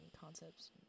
concepts